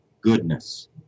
goodness